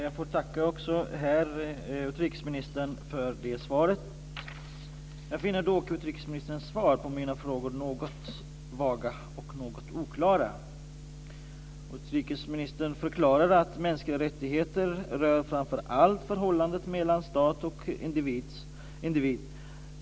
Herr talman! Jag får tacka utrikesministern för svaret. Jag finner dock utrikesministerns svar på mina frågor något vaga och oklara. Utrikesministern förklarar att mänskliga rättigheter rör framför allt förhållandet mellan stat och individ.